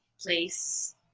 place